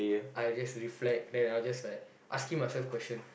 I will just reflect then I will just like asking myself questions